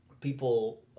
people